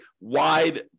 wide